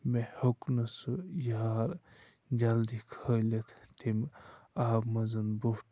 مےٚ ہیوٚک نہٕ سُہ یار جلدی کھٲلِتھ تَمہِ آبہٕ منٛز بوٚٹھ